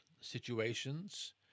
situations